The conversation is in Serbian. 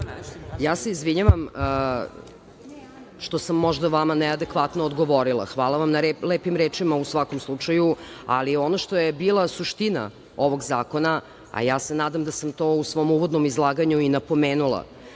Ja se izvinjavam što sam možda vama neadekvatno odgovorila. Hvala vam na lepim rečima, u svakom slučaju, ali ono što je bila suština ovog zakona, a ja se nadam da sam to u svom uvodnom izlaganju i napomenula.